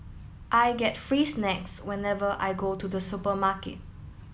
I get free snacks whenever I go to the supermarket